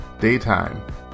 daytime